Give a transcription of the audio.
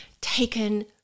taken